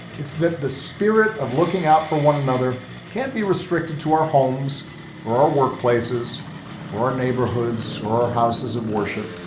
it's that the spirit of looking out for one another can't be restricted to our homes or our workplaces or our neighborhoods or our houses of worship.